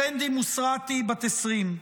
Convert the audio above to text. סנדי מוסראתי, בת 20,